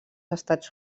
estats